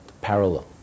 parallel